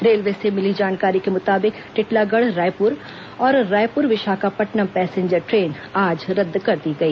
railway से मिली जानकारी को मुताबिक टिटलागढ़ रायपुर और रायपुर विशाखापट्टनम पैंसेजर ट्रेन आज रद्द कर दी गई